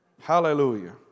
Hallelujah